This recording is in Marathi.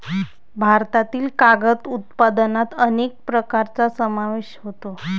भारतातील कागद उत्पादनात अनेक प्रकारांचा समावेश होतो